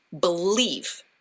believe